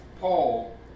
Paul